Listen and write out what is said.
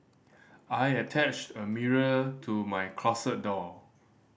I attached a mirror to my closet door